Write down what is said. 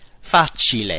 Facile